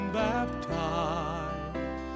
baptized